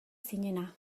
zinena